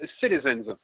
citizens